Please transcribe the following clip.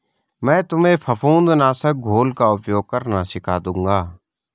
मैं तुम्हें फफूंद नाशक घोल का उपयोग करना सिखा दूंगा